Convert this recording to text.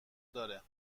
داره